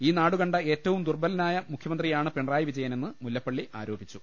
ഈ നാടുകണ്ട ഏറ്റവും ദുർബ ലനായ മുഖ്യമന്ത്രിയാണ് പിണറായി വിജയനെന്ന് മുല്ലപ്പള്ളി ആരോപിച്ചു